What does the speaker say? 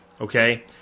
okay